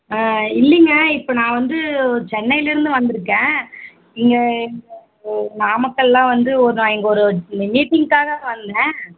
ஆ இல்லைங்க இப்போ நான் வந்து சென்னையிலருந்து வந்துருக்கேன் இங்கே எங்கள் நாமக்கல் எல்லாம் வந்து ஒரு நான் இங்கே ஒரு மீட்டிங்க்காக வந்தேன்